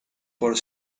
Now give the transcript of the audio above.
por